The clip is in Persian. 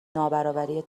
نابرابری